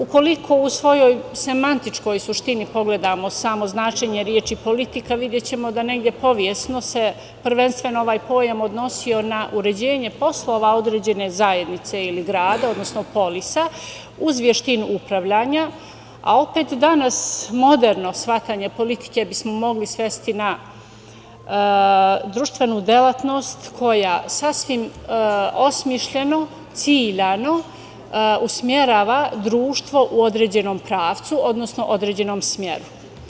Ukoliko u svojoj semantičkoj suštini pogledamo samo značenje reči politika, videćemo da negde istorijski se prvenstveno ovaj pojam odnosio na uređenje poslova određene zajednice ili grada, odnosno polica uz veštinu upravljanja, a opet danas moderno shvatanje politike bismo mogli svesti na društvenu delatnost koja sasvim osmišljeno, ciljano usmerava društvo u određenom pravcu, odnosno u određenom smeru.